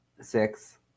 six